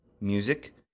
Music